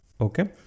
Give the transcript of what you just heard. okay